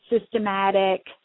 systematic